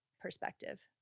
perspective